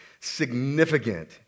significant